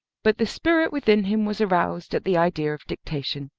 but the spirit within him was aroused at the idea of dictation,